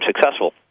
successful